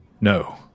No